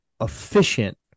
efficient